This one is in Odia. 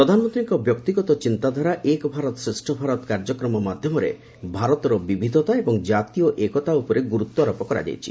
ପ୍ରଧାନମନ୍ତ୍ରୀଙ୍କର ବ୍ୟକ୍ତିଗତ ଚିନ୍ତାଧାରା ଏକ୍ ଭାରତ ଶ୍ରେଷ ଭାରତ କାର୍ଯ୍ୟକ୍ରମ ମାଧ୍ୟମରେ ଭାରତର ବିବିଧତା ଏବଂ କାତୀୟ ଏକତା ଉପରେ ଗୁରୁତ୍ୱ ଆରୋପ କରାଯାଇଛି